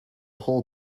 whole